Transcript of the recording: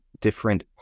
different